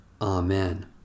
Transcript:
Amen